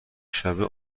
شبه